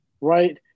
right